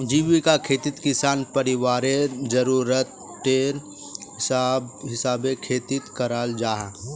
जीविका खेतित किसान परिवारर ज़रूराटर हिसाबे खेती कराल जाहा